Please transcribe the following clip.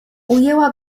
ujęła